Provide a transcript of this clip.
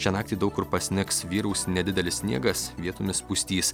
šią naktį daug kur pasnigs vyraus nedidelis sniegas vietomis pustys